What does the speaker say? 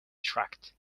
tract